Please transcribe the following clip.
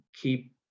keep